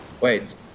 Wait